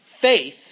faith